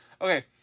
Okay